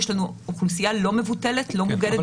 יש לנו אוכלוסייה לא מבוטלת במדינת ישראל שאינה מוגנת.